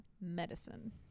medicine